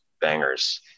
bangers